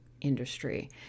industry